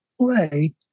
play